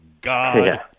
God